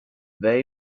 they